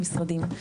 משרדים.